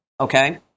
Okay